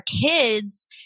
kids